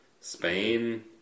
Spain